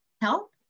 help